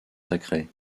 sacré